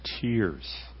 tears